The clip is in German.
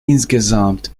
insgesamt